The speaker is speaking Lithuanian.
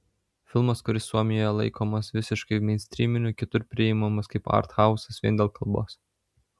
filmas kuris suomijoje laikomas visiškai meinstryminiu kitur priimamas kaip arthausas vien dėl kalbos